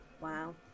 Wow